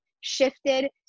shifted